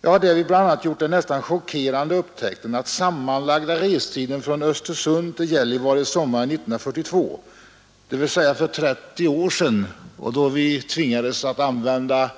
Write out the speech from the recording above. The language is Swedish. Jag har därvid bl.a. gjort den nästan chockerande upptäckten att sammanlagda restiden från Östersund till Gällivare sommaren 1942 — dvs. för 30 år sedan, då vi tvingades använda